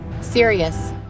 Serious